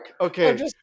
okay